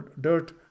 dirt